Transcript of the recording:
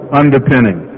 underpinning